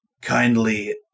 Kindly